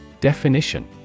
Definition